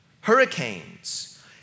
Hurricanes